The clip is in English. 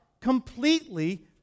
Completely